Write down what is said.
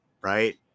right